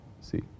see